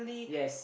yes